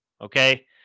Okay